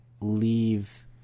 leave